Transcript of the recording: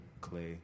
Clay